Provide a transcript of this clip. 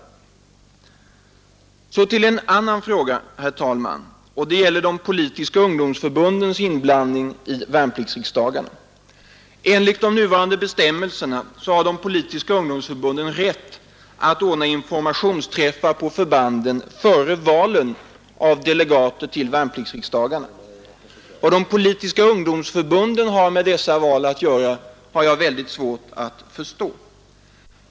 Så till en annan fråga, herr talman. Den gäller de politiska ungdomsförbundens inblandning i värnpliktsriksdagarna. Enligt de nuvarande bestämmelserna har de politiska ungdomsförbunden rätt att ordna informationsträffar på förbanden före valen av delegater till värnpliktsriksdagarna. Vad de politiska ungdomsförbunden har med dessa val att göra har jag svårt att förstå.